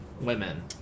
women